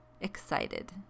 excited